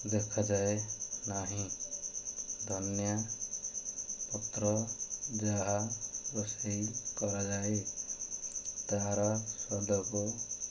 ଦେଖାଯାଏ ନାହିଁ ଧନିଆ ପତ୍ର ଯାହା ରୋଷେଇ କରାଯାଏ ତାହାର ସ୍ୱାଦକୁ